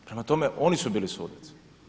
Prema tome, oni su bili sudac.